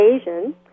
Asian